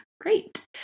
Great